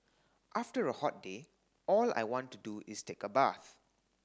after a hot day all I want to do is take a bath